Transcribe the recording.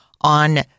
on